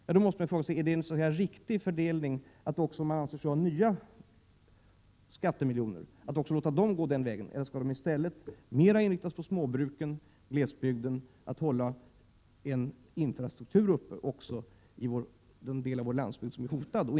Man måste därför fråga sig om denna fördelning är så riktig att man anser att också nya skattemiljoner i första hand skall gå till de storskaliga jordbruken på slättbygderna eller om stödet i stället skall inriktas på småbruken och glesbygden för att därigenom hålla infrastrukturen uppe även i den del av vår landsbygd som är hotad.